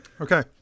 Okay